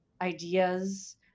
ideas